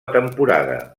temporada